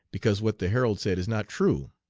because what the herald said is not true.